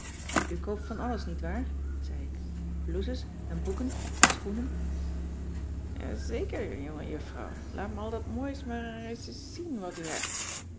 koopt van alles nietwaar zei ik blouses en boeken en schoenen ja zeker jongejuffrouw laat me al dat moois maar ereissies zien wat u heb